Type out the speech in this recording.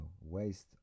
waste